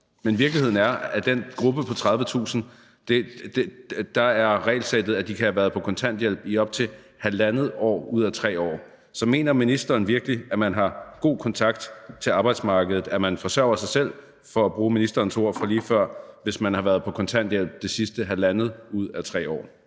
Men virkeligheden er, at for den gruppe på 30.000 er regelsættet, at de kan have været på kontanthjælp i op til halvandet år ud af 3 år. Så mener ministeren virkelig, at man har god kontakt til arbejdsmarkedet, at man forsørger sig selv – for at bruge ministerens ord fra lige før – hvis man har været på kontanthjælp det sidste halvandet år ud af 3 år?